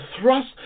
thrust